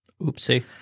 Oopsie